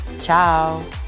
ciao